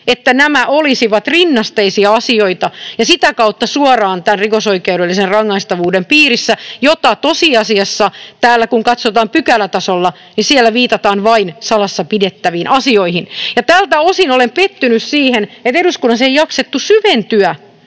että nämä olisivat rinnasteisia asioita ja sitä kautta suoraan tämän rikosoikeudellisen rangaistavuuden piirissä, ja tosiasiassa, kun katsotaan pykälätasolla, niin siellä viitataan vain salassa pidettäviin asioihin. Tältä osin olen pettynyt siihen, että eduskunnassa hallituspuolueissa